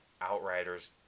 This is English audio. Outriders